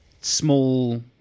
small